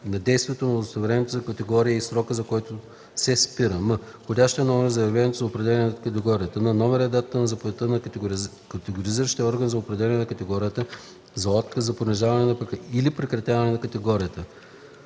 действието на удостоверението за категория и срока, за който се спира; м) входящия номер на заявлението за определяне на категория; н) номера и датата на заповедта на категоризиращия орган за определяне на категорията, за отказ, за понижаване или прекратяване на категорията;